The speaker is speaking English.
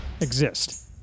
exist